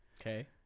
Okay